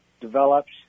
develops